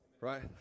Right